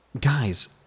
guys